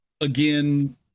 again